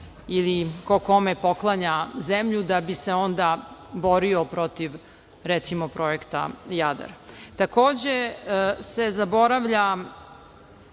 ili ko kome poklanja zemlju da bi se onda borio protiv, recimo, projekta „Jadar“.Takođe se zaboravlja,